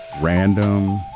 random